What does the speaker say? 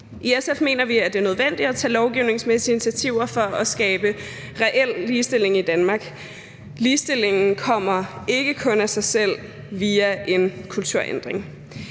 I SF mener vi, at det er nødvendigt at tage lovgivningsmæssige initiativer for at skabe reel ligestilling i Danmark. Ligestillingen kommer ikke kun af sig selv via en kulturændring.